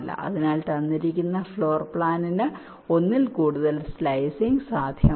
അതിനാൽ തന്നിരിക്കുന്ന ഫ്ലോർ പ്ലാനിന് ഒന്നിൽ കൂടുതൽ സ്ലൈസിംഗ് ട്രീ സാധ്യമാണ്